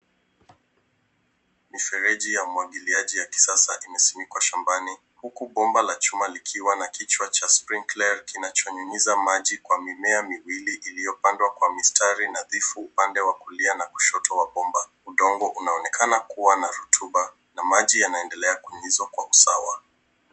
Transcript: Mifereji ya umwagiliaji ya kisasa imesinikwa shambani huku bomba la chuma likiwa na kichwa cha sprinkler kinachonyunyiza maji kwa mimea miwili iliyopandwa kwa mistari nadhifu upande wa kulia na kushoto wa bomba. Udongo unaonekana kuwa na rutuba na maji yanaendelea kunyunyuza kwa usawa.